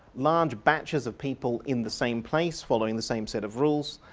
large batches of people in the same place following the same set of rules,